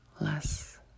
less